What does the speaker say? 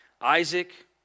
Isaac